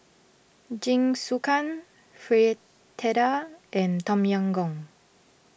Jingisukan Fritada and Tom Yam Goong